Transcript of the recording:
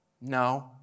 No